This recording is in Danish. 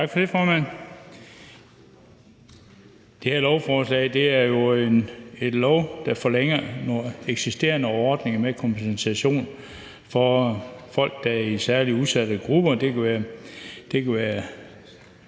Tak for det, formand. Det her lovforslag forlænger nogle eksisterende ordninger med kompensation til folk, der er i særlig udsatte grupper.